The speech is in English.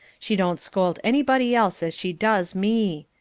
she don't scold anybody else as she does me.